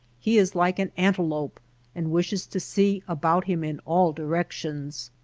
he is like an antelope and wishes to see about him in all di rections.